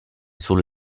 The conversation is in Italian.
sul